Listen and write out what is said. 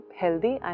healthy